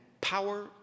power